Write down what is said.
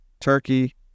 Turkey